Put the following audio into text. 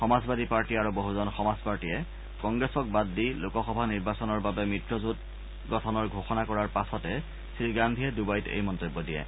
সমাজবাদী party আৰু বহুজন সমাজ পাৰ্টিয়ে কংগ্ৰেছক বাদ দি লোকসভা নিৰ্বাচনৰ বাবে মিত্ৰজোঁট গঠনৰ ঘোষণা কৰাৰ পাছতে শ্ৰী গান্ধীয়ে ডুবাইত এই মন্তব্য দিয়ে